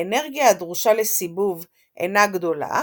האנרגיה הדרושה לסיבוב אינה גדולה,